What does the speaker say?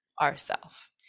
ourself